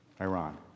Iran